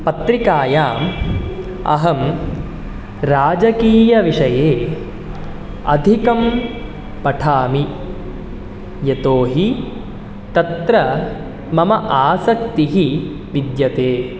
पत्रिकायाम् अहं राजकीयविषये अधिकं पठामि यतोहि तत्र मम आसक्तिः विद्यते